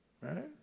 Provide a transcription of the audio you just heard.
Right